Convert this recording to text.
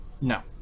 No